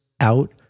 out